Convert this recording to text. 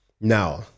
Now